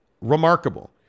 Remarkable